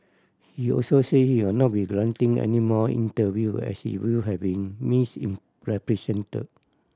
he also said he will not be granting any more interview as his view had been miss in represented